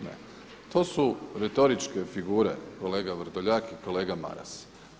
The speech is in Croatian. Ne, to su retoričke figure kolega Vrdoljak i kolega Maras.